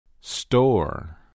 store